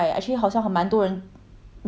没有找到那个 intern job 的 leh